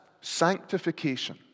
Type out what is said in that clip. sanctification